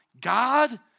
God